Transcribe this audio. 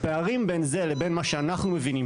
הפערים בין זה לבין מה שאנחנו מבינים